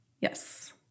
Yes